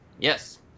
yes